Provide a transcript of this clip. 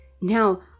Now